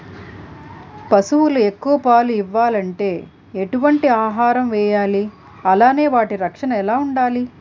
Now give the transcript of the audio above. పశువులు ఎక్కువ పాలు ఇవ్వాలంటే ఎటు వంటి ఆహారం వేయాలి అలానే వాటి రక్షణ ఎలా వుండాలి?